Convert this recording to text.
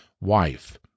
wife